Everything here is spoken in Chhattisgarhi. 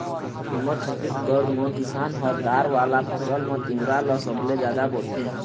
हमर छत्तीसगढ़ म किसान ह दार वाला फसल म तिंवरा ल सबले जादा बोथे